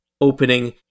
opening